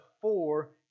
four